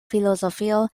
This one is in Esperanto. filozofio